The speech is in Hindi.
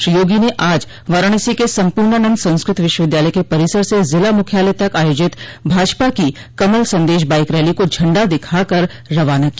श्री योगी ने आज वाराणसी के सम्पूर्णानन्द संस्कृत विश्वविद्यालय परिसर से जिला मुख्यालय तक आयोजित भाजपा की कमल संदेश बाईक रैली को झंडा दिखा कर रवाना किया